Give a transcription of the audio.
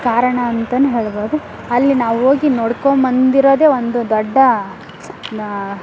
ಕಾರಣ ಅಂತಲೂ ಹೇಳ್ಬೋದು ಅಲ್ಲಿ ನಾವು ಹೋಗಿ ನೋಡ್ಕೊಂಡ್ಬಂದಿರೋದೆ ಒಂದು ದೊಡ್ಡ ನಾ